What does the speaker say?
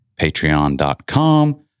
patreon.com